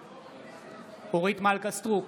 בעד אורית מלכה סטרוק,